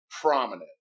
prominent